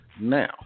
now